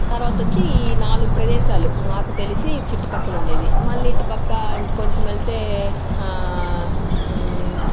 తర్వాత వచ్చి ఈ నాలుగు ప్రదేశాలు నాకు తెలిసి ఈ చుట్టుపక్కల ఉండేది మళ్ళీ ఇటు పక్క ఇంకా కొంచెం వెళితే